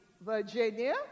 Virginia